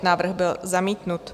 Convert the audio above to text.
Návrh byl zamítnut.